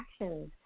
actions